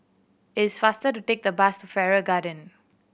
it's faster to take the bus to Farrer Garden